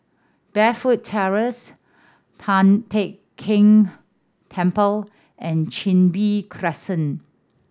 Burnfoot Terrace Tian Teck Keng Temple and Chin Bee Crescent